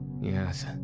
Yes